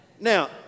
now